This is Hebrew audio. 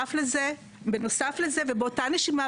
בנוסף לזה ובאותה נשימה,